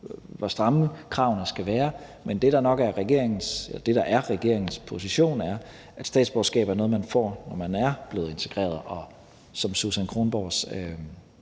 hvor stramme kravene skal være. Men det, der er regeringens position, er, at statsborgerskab er noget, man får, når man er blevet integreret, og når man, som Susan Kronborgs